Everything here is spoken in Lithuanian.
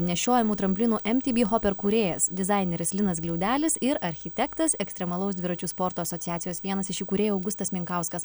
nešiojamų tramplinų emtyby hoper kūrėjas dizaineris linas gliaudelis ir architektas ekstremalaus dviračių sporto asociacijos vienas iš įkūrėjų augustas minkauskas